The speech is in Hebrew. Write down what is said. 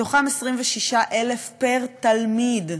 מתוכם 26,000 פר-תלמיד.